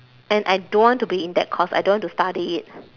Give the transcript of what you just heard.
and I don't want to be in that course I don't want to study it